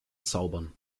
zaubern